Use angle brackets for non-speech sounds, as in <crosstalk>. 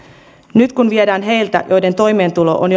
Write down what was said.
nyt kun viedään heiltä joiden toimeentulo on <unintelligible>